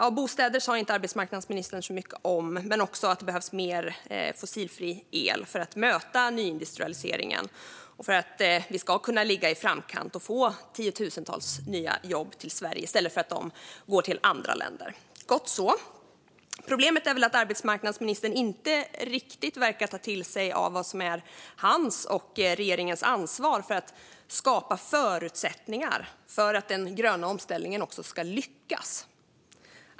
Arbetsmarknadsministern sa inte så mycket om bostäder, men han verkar hålla med om att det behövs mer fossilfri el för att möta nyindustrialiseringen och för att Sverige ska kunna ligga i framkant och få tiotusentals nya jobb i stället för att de går till andra länder. Gott så! Problemet är väl att arbetsmarknadsministern inte riktigt verkar ta till sig vad som är hans och regeringens ansvar när det gäller att skapa förutsättningar för att den gröna omställningen ska lyckas.